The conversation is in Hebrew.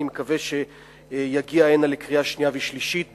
אני מקווה שהחוק יגיע הנה לקריאה שנייה ושלישית במהרה.